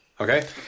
Okay